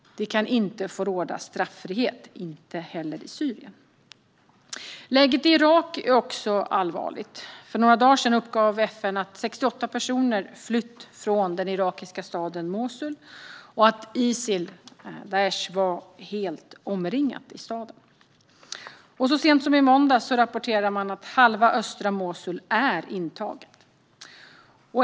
Det kan inte få råda straffrihet, inte heller i Syrien. Läget i Irak är också allvarligt. För några dagar sedan uppgav FN att 68 000 personer flytt från den irakiska staden Mosul och att Isil/Daish var helt omringat i staden. Och så sent som i måndags rapporterade man om att halva östra Mosul är intaget.